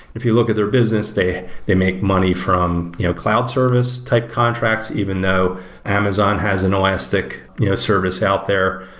if you look at their business, they they make money from you know cloud service type contracts, even though amazon has an elastic you know service out there.